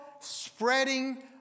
spreading